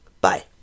Bye